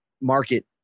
market